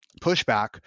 pushback